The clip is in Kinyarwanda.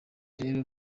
rero